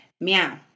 Meow